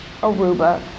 Aruba